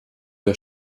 der